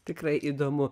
tikrai įdomu